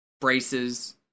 braces